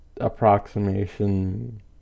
approximation